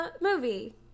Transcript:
movie